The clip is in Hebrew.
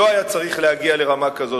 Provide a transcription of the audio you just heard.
לא היה צריך להגיע לרמה כזאת.